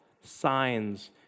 signs